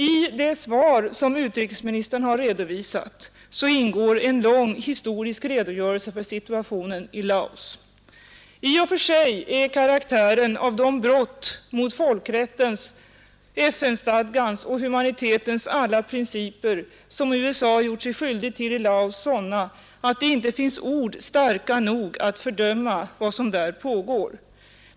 I det svar som utrikesministern redovisar ingår en lång historisk redogörelse för situationen i Laos. I och för sig är karaktären av de brott mot folkrättens, FN-stadgans och humanitetens alla principer som USA gjort sig skyldig till i Laos sådan att det inte finns ord starka nog att fördöma vad som där pågår.